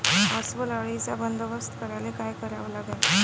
अस्वल अळीचा बंदोबस्त करायले काय करावे लागन?